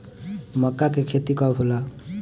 मक्का के खेती कब होला?